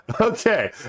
Okay